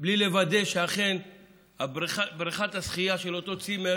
בלי לוודא שאכן בריכת השחייה של אותו צימר